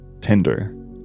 tender